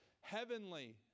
heavenly